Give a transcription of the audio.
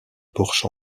porche